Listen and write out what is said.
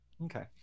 Okay